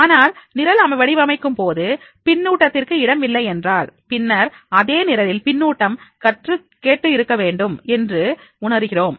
ஆனால் நிரல் வடிவமைக்கும்போது பின்னூட்டத்திற்கு இடம் இல்லை என்றால் பின்னர் அதே நிரலில் பின்னூட்டம் கேட்டு இருக்க வேண்டும் என்று உணருவோம்